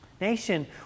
Nation